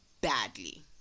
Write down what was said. badly